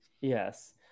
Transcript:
yes